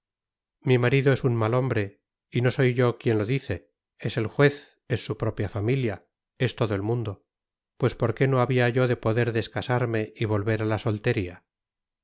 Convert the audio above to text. mi marido es un mal hombre y no soy yo quien lo dice es el juez es su propia familia es todo el mundo pues por qué no había yo de poder descasarme y volver a la soltería